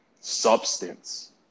substance